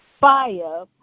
fire